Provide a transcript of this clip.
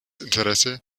interesse